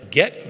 get